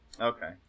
Okay